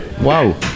Wow